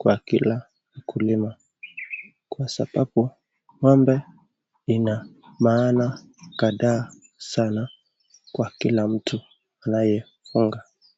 kwa kila mkulima kwa sababu ng'ombe ina maana kadhaa sana kwa kila mtu anayefuga.